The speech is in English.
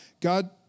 God